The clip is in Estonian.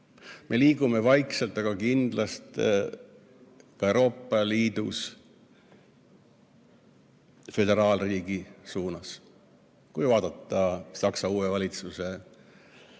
Me liigume vaikselt, aga kindlalt ka Euroopa Liidus föderaalriigi suunas, kui vaadata Saksa uue valitsuse,